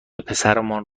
پسرمان